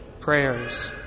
prayers